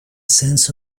sense